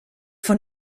von